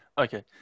Okay